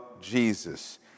Jesus